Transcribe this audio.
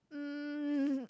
um